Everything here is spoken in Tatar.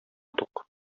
тук